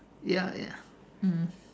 ya ya mm